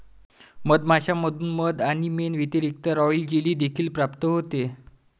मधमाश्यांमधून मध आणि मेण व्यतिरिक्त, रॉयल जेली देखील प्राप्त होते